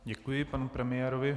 Děkuji panu premiérovi.